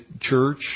church